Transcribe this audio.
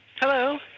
Hello